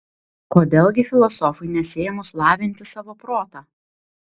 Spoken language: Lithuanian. kodėl gi filosofui nesiėmus lavinti savo protą